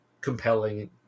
compelling